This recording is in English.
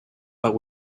but